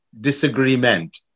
disagreement